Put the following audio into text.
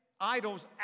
idols